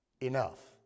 enough